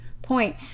point